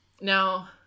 Now